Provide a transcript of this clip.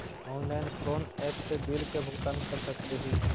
Online कोन app से bill के भुगतान कर सकली ही?